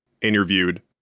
interviewed